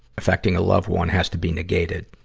affecting a loved one has to be negated,